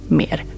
mer